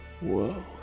Whoa